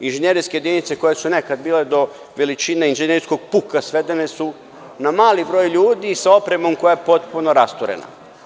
Inžinjerske jedinice koje su nekada bile do veličine inžinjerskog puka svedene su na mali broj ljudi sa opremom koja je potpuno rasturena.